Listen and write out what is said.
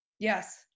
yes